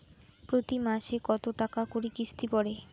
প্রতি মাসে কতো টাকা করি কিস্তি পরে?